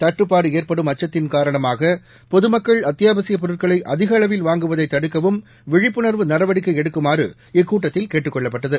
தட்டுப்பாடு ஏற்படும் அச்சத்தின் காரணமாக பொதமக்கள் அத்தியாவசிய பொருட்களை அதிக அளவில் வாங்குவதை தடுக்கவும் விழிப்புணா்வு நடவடிக்கை எடுக்குமாறு இக்கூட்டத்தில் கேட்டுக்கொள்ளப்பட்டது